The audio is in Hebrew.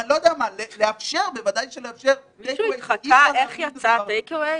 לאפשר --- מישהו התחקה איך יצא הטייק-אווי?